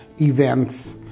events